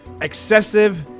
excessive